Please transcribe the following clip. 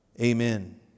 Amen